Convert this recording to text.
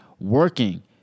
working